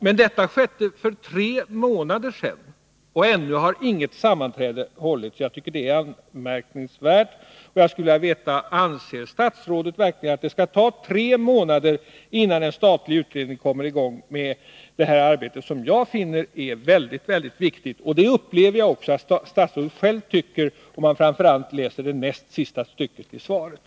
Men detta skedde för tre månader sedan, och ännu har inget sammanträde hållits. Jag tycker det är anmärkningsvärt. Jag skulle vilja veta: Anser statsrådet verkligen att det skall ta tre månader, innan en statlig utredning kommer i gång med detta arbete? Jag finner det mycket viktigt, och det upplever jag att också statsrådet själv tycker, speciellt när jag läser det näst sista stycket i svaret.